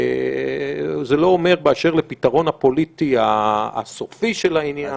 וזה לא אומר באשר לפתרון הפוליטי הסופי של העניין.